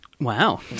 Wow